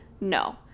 no